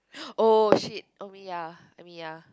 !oh shit! oh me ya I mean ya